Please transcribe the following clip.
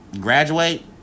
graduate